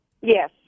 Yes